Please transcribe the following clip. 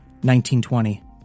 1920